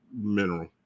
mineral